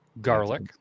Garlic